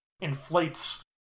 inflates